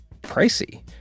pricey